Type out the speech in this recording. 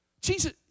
Jesus